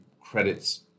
credits